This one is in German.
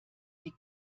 die